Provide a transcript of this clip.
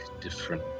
different